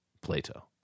Plato